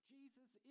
Jesus